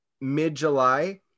mid-july